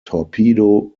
torpedo